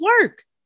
work